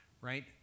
right